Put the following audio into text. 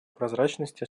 прозрачности